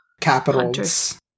capitals